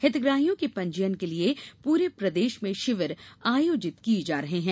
हितग्राहियों के पंजीयन के लिये पूरे प्रदेश में शिविर आयोजित किये जा रहे हैं